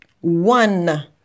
one